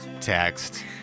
text